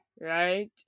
right